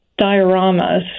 dioramas